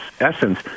essence